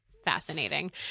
fascinating